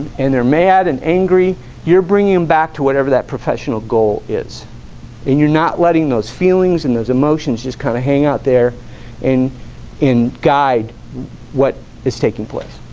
and they're mad and angry you're bringing back to whatever that professional goal is and you're not letting those feelings and emotions just kind of hang out there and in guide what is taking place